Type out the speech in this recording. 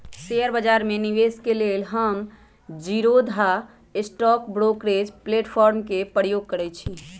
share बजार में निवेश के लेल हम जीरोधा स्टॉक ब्रोकरेज प्लेटफार्म के प्रयोग करइछि